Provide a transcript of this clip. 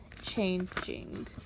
changing